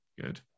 Good